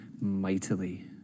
mightily